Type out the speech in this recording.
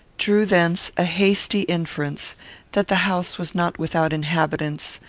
drew thence a hasty inference that the house was not without inhabitants,